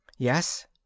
Yes